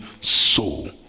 soul